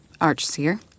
Archseer